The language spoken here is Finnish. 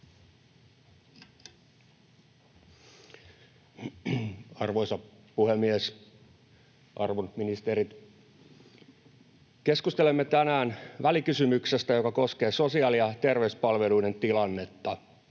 Arvoisa puhemies! Arvon ministerit! Keskustelemme tänään välikysymyksestä, joka koskee sosiaali- ja terveyspalveluiden tilannetta.